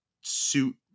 suit